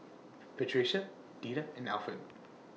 Patricia Deetta and Alford